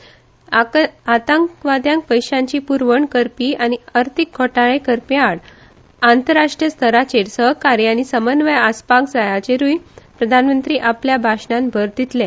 दहशतवादाक पैशांची पूरवण करपी आनी अर्थिक घोटाळे करप्या आड आंतरराष्ट्रीय स्थराचेर सहकार्य आनी समन्वय आसपाक जाय हाचेरूय प्रधानमंत्री आपल्या भाषणात भर दितले